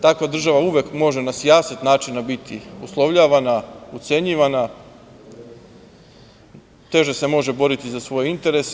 Takva država uvek može na sijaset načina biti uslovljavana, ucenjivana, teže se može boriti za svoje interese.